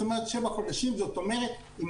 זאת אומרת, שבעה חודשים.